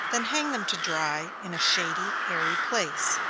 then hang them to dry in a shady, airy place.